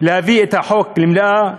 להביא את החוק למליאה,